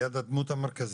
ליד הדמות המרכזית,